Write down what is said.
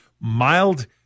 mild